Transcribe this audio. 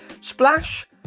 splash